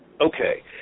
Okay